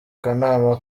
kanama